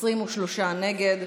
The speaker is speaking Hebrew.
23 נגד.